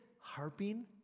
harping